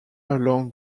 along